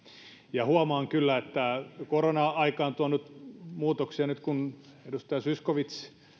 ja huomaan kyllä että korona aika on tuonut muutoksia nyt kun edustaja zyskowicz